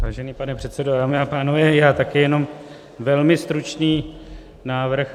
Vážený pane předsedo, dámy a pánové, také jenom velmi stručný návrh.